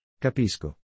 Capisco